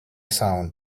sound